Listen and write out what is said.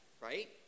right